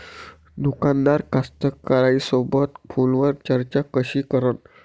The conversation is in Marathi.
दुकानदार कास्तकाराइसोबत फोनवर चर्चा कशी करन?